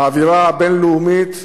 האווירה הבין-לאומית,